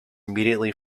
immediately